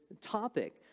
topic